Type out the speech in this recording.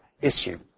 issue